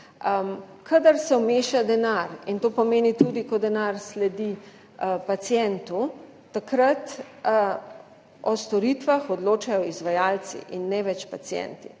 kadar se vmeša denar, in to pomeni tudi, ko denar sledi pacientu, takrat o storitvah odločajo izvajalci in ne več pacienti.